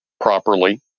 properly